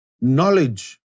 Knowledge